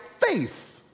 faith